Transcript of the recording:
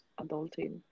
adulting